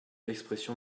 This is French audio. expression